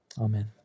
Amen